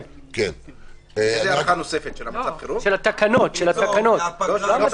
הארכה נוספת של התקנות באה לוועדה.